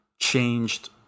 changed